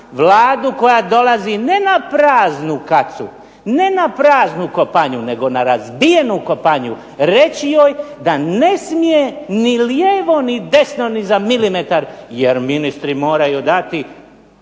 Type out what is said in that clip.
vladu koja dolazi ne na praznu kacu, ne na praznu kopanju, nego na razbijenu kopanju reći joj da ne smije ni lijevo ni desno ni za milimetar jer ministri moraju dati